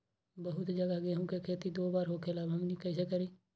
बहुत जगह गेंहू के खेती दो बार होखेला हमनी कैसे करी?